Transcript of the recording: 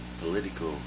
political